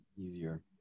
easier